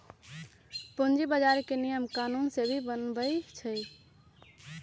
पूंजी बजार के नियम कानून सेबी बनबई छई